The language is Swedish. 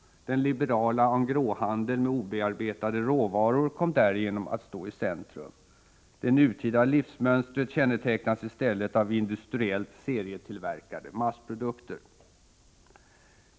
Den liberala engroshandeln med obearbetade råvaror kom därigenom att stå i centrum. Det nutida livsmönstret kännetecknas i stället av industriellt serietillverkade massprodukter.